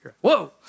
Whoa